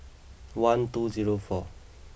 one two zero four